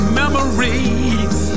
memories